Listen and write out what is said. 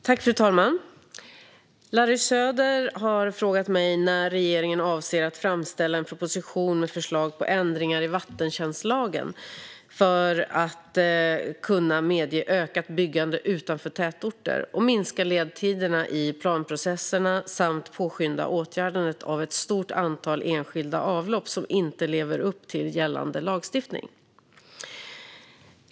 Svar på interpellationer Fru talman! har frågat mig när regeringen avser att framställa en proposition med förslag på ändringar i vattentjänstlagen för att kunna medge ökat byggande utanför tätorter, minska ledtiderna i planprocesserna samt påskynda åtgärdandet av ett stort antal enskilda avlopp som inte lever upp till gällande lagstiftning.